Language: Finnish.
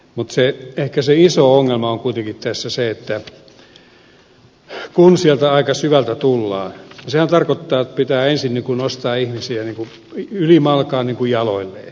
mutta ehkä se iso ongelma on kuitenkin tässä se että kun tullaan sieltä aika syvältä niin sehän tarkoittaa että pitää ensin nostaa ihmisiä ylimalkaan jaloilleen